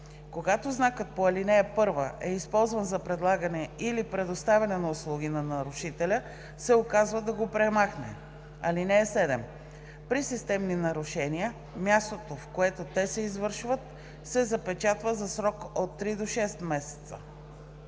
Когато знакът по ал. 1 е използван за предлагане или предоставяне на услуги, на нарушителя се указва да го премахне. (7) При системни нарушения мястото, в което те се извършват, се запечатва за срок от три до 6 месеца.